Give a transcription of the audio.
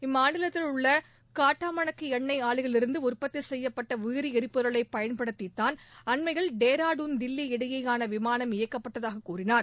இம்மாநிலத்தில் உள்ள காட்டாமணக்கு எண்ணெய் ஆலையிலிருந்து உற்பத்தி செய்யப்பட்ட உயிரி ளரிபொருளை பயன்படுத்திதான் அண்மையில் டேராடுன் தில்லி இடையேயான விமானம் இயக்கப்பட்டதாக கூறினார்